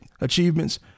achievements